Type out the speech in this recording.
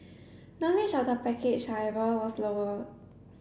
knowledge of the package however was lower